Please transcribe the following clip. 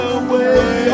away